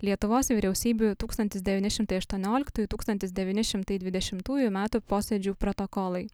lietuvos vyriausybių tūkstantis devyni šimtai aštuonioliktųjų tūkstantis devyni šimtai dvidešimtųjų metų posėdžių protokolai